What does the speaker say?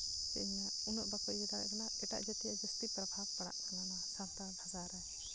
ᱪᱮᱫ ᱤᱧ ᱢᱮᱱᱟ ᱩᱱᱟᱹᱜ ᱵᱟᱠᱚ ᱤᱭᱟᱹ ᱫᱟᱲᱮᱭᱟᱜ ᱠᱟᱱᱟ ᱮᱴᱟᱜ ᱡᱟᱹᱛᱤᱭᱟᱜ ᱡᱟᱹᱥᱛᱤ ᱯᱨᱚᱵᱷᱟᱵᱽ ᱯᱟᱲᱟᱜ ᱠᱟᱱᱟ ᱥᱟᱱᱛᱟᱲ ᱵᱷᱟᱥᱟ ᱨᱮ